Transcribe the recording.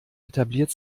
etabliert